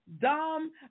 dumb